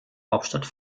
hauptstadt